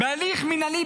בהליך מינהלי,